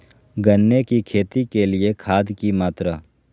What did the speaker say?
गन्ने की खेती के लिए खाद की मात्रा?